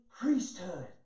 priesthood